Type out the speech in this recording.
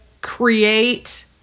create